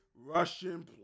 Russian